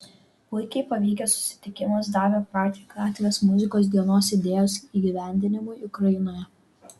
puikiai pavykęs susitikimas davė pradžią gatvės muzikos dienos idėjos įgyvendinimui ukrainoje